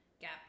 Gap